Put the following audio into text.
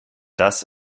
das